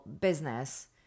business